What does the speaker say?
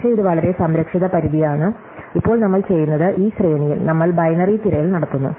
പക്ഷേ ഇത് വളരെ സംരക്ഷിത പരിധിയാണ് ഇപ്പോൾ നമ്മൾ ചെയ്യുന്നത് ഈ ശ്രേണിയിൽ നമ്മൾ ബൈനറി തിരയൽ നടത്തുന്നു